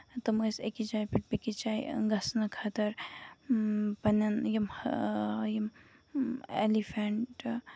تٔمۍ ٲسۍ أکِس جایہِ پٮ۪ٹھ بیٚیہِ کِس جایہِ گژھنہٕ خٲطرٕ پَنٕنین یِم یِم یِم ایلِفینٹ